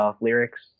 lyrics